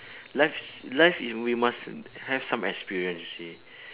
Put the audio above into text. life's life is we must have some experience you see